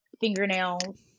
fingernails